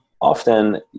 often